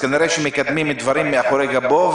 כנראה מקדמים דברים מאחורי גבו.